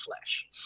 flesh